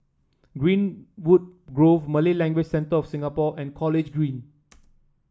Greenwood Grove Malay Language Centre of Singapore and College Green